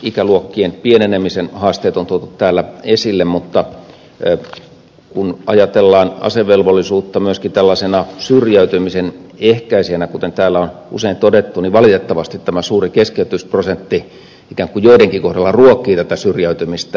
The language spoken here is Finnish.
ikäluokkien pienenemisen haasteet on tuotu täällä esille mutta kun ajatellaan asevelvollisuutta myöskin tällaisena syrjäytymisen ehkäisijänä kuten täällä on usein todettu niin valitettavasti tämä suuri keskeytysprosentti ikään kuin joidenkin kohdalla ruokkii tätä syrjäytymistä